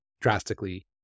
drastically